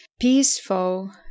peaceful